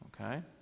Okay